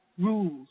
Rules